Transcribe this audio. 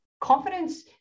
confidence